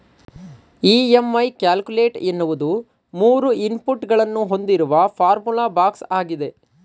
EMI calculator ಎನ್ನುವುದು ಮೂರು input ಗಳನ್ನು ಹೊಂದಿರುವ ಫಾರ್ಮುಲಾ ಬಾಕ್ಸ್ ಆಗಿದೆ